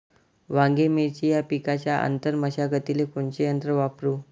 वांगे, मिरची या पिकाच्या आंतर मशागतीले कोनचे यंत्र वापरू?